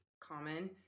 common